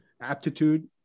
aptitude